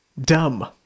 dumb